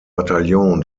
bataillon